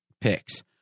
picks